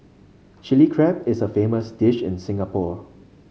Chilli Crab is a famous dish in Singapore